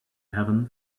heaven